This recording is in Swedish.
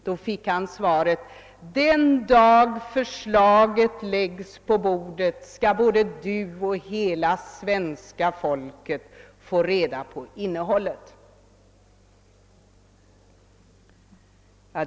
Då fick han svaret: Den dag förslaget läggs på bordet skall både du och hela svenska folket få reda på innehållet.